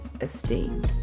esteem